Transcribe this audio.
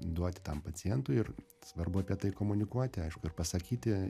duoti tam pacientui ir svarbu apie tai komunikuoti aišku ir pasakyti